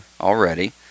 already